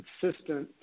consistent